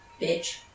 Bitch